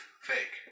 fake